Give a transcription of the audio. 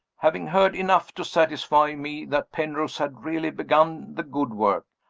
having heard enough to satisfy me that penrose had really begun the good work,